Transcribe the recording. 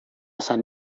san